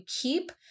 keep